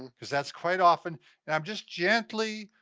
cause that's quite often and i'm just gently,